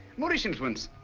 moorish influence.